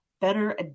better